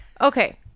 Okay